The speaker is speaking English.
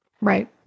Right